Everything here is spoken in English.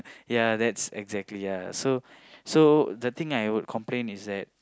ya that's exactly ya so so the thing I would complain is that